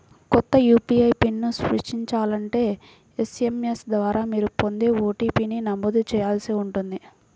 కొత్త యూ.పీ.ఐ పిన్ని సృష్టించాలంటే ఎస్.ఎం.ఎస్ ద్వారా మీరు పొందే ఓ.టీ.పీ ని నమోదు చేయాల్సి ఉంటుంది